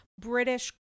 British